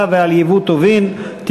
בצווים האלה: צו מס ערך מוסף (שיעור המס